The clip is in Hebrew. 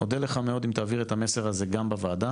אודה לך מאוד אם תעביר את המסר הזה גם בוועדה,